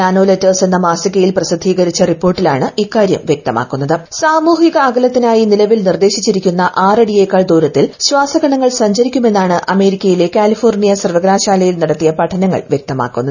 nano letters എന്ന മാസികയിൽ പ്രസിദ്ധീകരിച്ച റിപ്പോർട്ടിലാണ് ഇക്കാര്യം വ്യക്തമാക്കുന്നിൽപ്പ സാമൂഹിക അകലത്തിനായി നിലവിൽ നിർദേശിച്ചിരിക്കുന്ന ആറടിയേക്കാൾ ദൂരത്തിൽ ശ്വാസകണങ്ങൾ സഞ്ചരിക്കും എന്നാണ് അമേരിക്കയിലെ കാലിഫോർണിയ സർവകലാശാലയിൽ നടത്തിയ പഠനങ്ങൾ വ്യക്തമാക്കുന്നത്